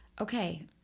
okay